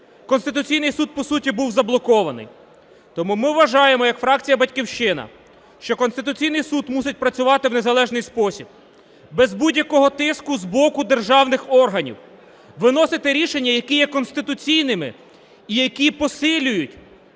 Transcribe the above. Конституційний Суд, по суті, був заблокований. Тому ми вважаємо як фракція "Батьківщина", що Конституційний Суд мусить працювати в незалежний спосіб, без будь-якого тиску з боку державних органів виносити рішення, які є конституційними і які посилюють